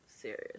serious